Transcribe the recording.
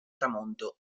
tramonto